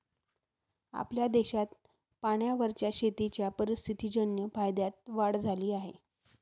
आपल्या देशात पाण्यावरच्या शेतीच्या परिस्थितीजन्य फायद्यात वाढ झाली आहे